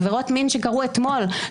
עבירות מין שקרו אתמול,